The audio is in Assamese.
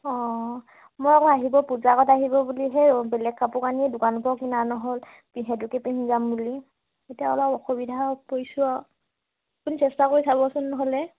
অ মই আকৌ আহিব পূজা আগত আহিব বুলিহে বেলেগ কাপোৰ কানি দোকানৰ পৰা কিনা নহ'ল কি সেইটোকে পিন্ধি যাম বুলি এতিয়া অলপ অসুবিধাত পৰিছোঁ আৰু আপুনি চেষ্টা কৰি চাবচোন নহ'লে